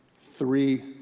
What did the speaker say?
three